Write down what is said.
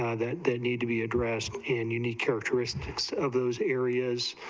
ah that they need to be addressed in unique characteristics of those areas,